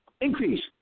Increase